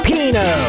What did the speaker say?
Pino